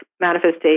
manifestation